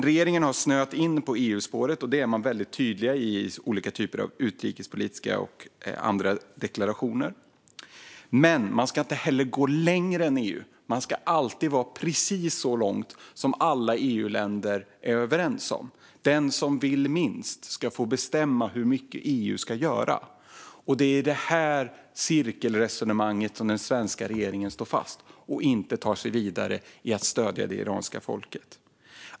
Regeringen har snöat in på EU-spåret, och det är man väldigt tydlig med i olika typer av utrikespolitiska och andra deklarationer. Men man ska inte heller gå längre än EU. Man ska alltid gå precis så långt som alla EU-länder är överens om. Den som vill minst ska få bestämma hur mycket EU ska göra. Det är i det cirkelresonemanget som den svenska regeringen står fast och inte tar sig vidare i att stödja det iranska folket.